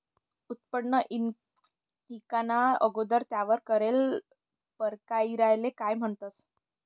उत्पन्न ईकाना अगोदर त्यावर करेल परकिरयाले काय म्हणतंस?